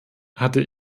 hatte